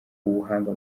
ubuhanga